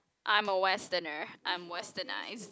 I'm a westerner I'm westernised